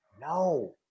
No